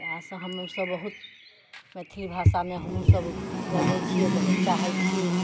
इएह सभ हमहुँ सभ बहुत मैथिली भाषामे हमहुँ सभ बहुत बजैत छियै बहुत्त चाहैत छियै